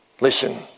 Listen